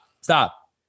stop